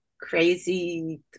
crazy